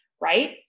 right